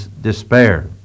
despair